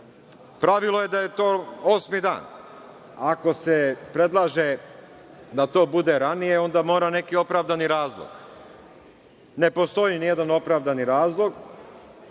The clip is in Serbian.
RS“.Pravilo je da je to osmi dan. Ako se predlaže da to bude ranije, onda mora neki opravdani razlog. Ne postoji nijedan opravdani razlog,